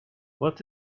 what